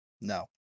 No